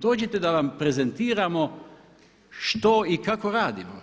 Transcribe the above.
Dođite da vam prezentiramo što i kako radimo,